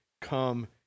come